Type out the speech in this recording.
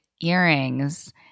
earrings